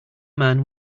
man